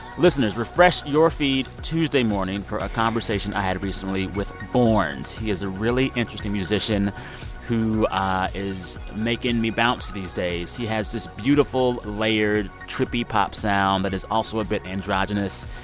listeners, refresh your feed tuesday morning for a conversation i had recently with borns. he has a really interesting musician who ah is making me bounce these days. he has this beautiful, layered, trippy pop sound that is also a bit androgynous.